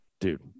Dude